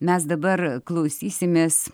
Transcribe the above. mes dabar klausysimės